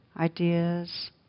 Ideas